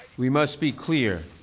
we must be clear,